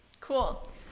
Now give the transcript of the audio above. Cool